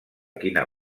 quina